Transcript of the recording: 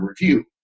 review